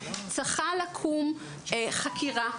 צריכה לקום חקירה,